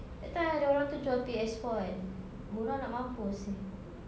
that time ada orang itu jual P_S four kan murah nak mampus seh